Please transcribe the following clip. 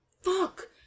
Fuck